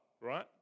right